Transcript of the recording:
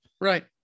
Right